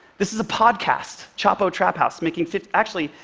this is a podcast, chapo trap house, making actually,